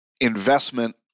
investment